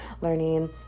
learning